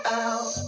out